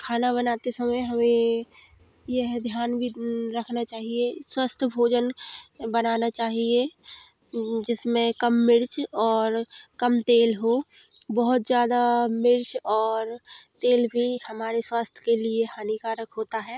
खाना बनाते समय हमें यह ध्यान भी रखना चाहिए स्वस्थ भोजन बनाना चाहिए जिसमें कम मिर्च और कम तेल हो बहुत ज्यादा मिर्च और तेल भी हमारे स्वास्थ के लिए हानिकारक होता है